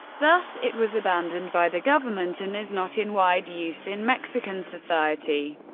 thus it was abandoned by the government and is not in wide use in mexican society,